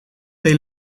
they